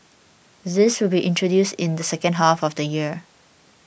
this will be introduced in the second half of the year